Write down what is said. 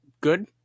Good